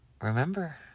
remember